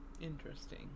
interesting